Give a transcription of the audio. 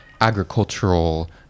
agricultural